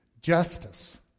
justice